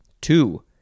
Two